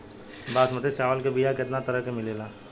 बासमती चावल के बीया केतना तरह के मिलेला?